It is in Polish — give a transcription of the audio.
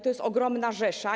To jest ogromna rzesza.